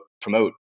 promote